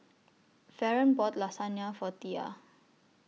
Faron bought Lasagne For Tia